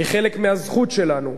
היא חלק מהזכות שלנו,